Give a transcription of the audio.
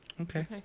Okay